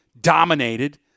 dominated